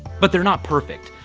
but they're not perfect.